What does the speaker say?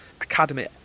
Academy